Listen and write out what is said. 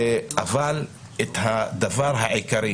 אבל את הדבר העיקרי